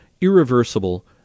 irreversible